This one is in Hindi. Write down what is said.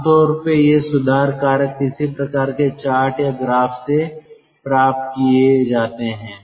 आमतौर पर ये सुधार कारक किसी प्रकार के चार्ट या ग्राफ से प्राप्त किए जाते हैं